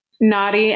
naughty